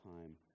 time